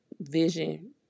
vision